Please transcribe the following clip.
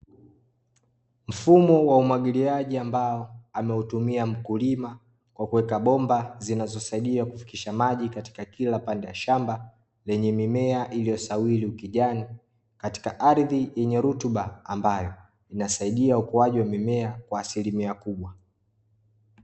Mfumo wa umwagiliaji ambao ameutumia mkulima kwa kuweka bomba zinazosaidia kufikisha maji katika kila pande ya shamba lenye mimea iliyosawili ukijani katika ardhi yenye rutuba ambayo, inasaidia ukuwaji wa mimea kwa asilimia kikubwa.